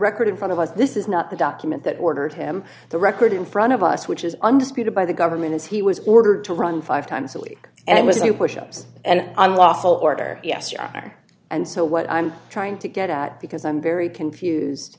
record in front of us this is not the document that ordered him the record in front of us which is undisputed by the government as he was ordered to run five times a week and it was you push ups and unlawful order yes you are there and so what i'm trying to get at because i'm very confused